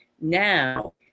now